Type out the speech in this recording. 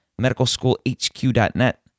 medicalschoolhq.net